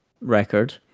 record